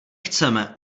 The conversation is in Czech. chceme